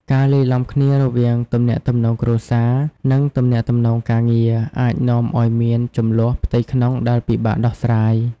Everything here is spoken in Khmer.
ការលាយឡំគ្នារវាងទំនាក់ទំនងគ្រួសារ និងទំនាក់ទំនងការងារ អាចនាំឲ្យមានជម្លោះផ្ទៃក្នុងដែលពិបាកដោះស្រាយ។